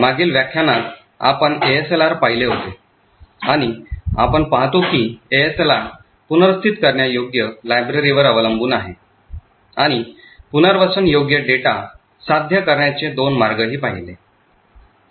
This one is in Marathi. मागील व्याख्यानात आपण एएसएलआरकडे पाहिले होते आणि आपण पाहतो की एएसएलआर पुनर्स्थित करण्यायोग्य लायब्ररीवर अवलंबून आहे आणि पुनर्वसनयोग्य डेटा साध्य करण्याचे दोन मार्गही पाहिले